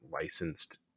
licensed